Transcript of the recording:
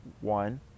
One